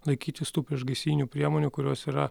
laikytis tų priešgaisrinių priemonių kurios yra